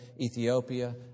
Ethiopia